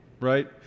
Right